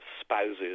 spouses